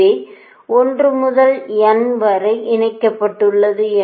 எனவே 1 முதல் n வரை இணைக்கப்பட்டுள்ளது